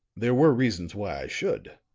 there were reasons why i should,